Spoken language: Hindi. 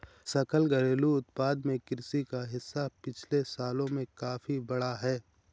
सकल घरेलू उत्पाद में कृषि का हिस्सा पिछले सालों में काफी बढ़ा है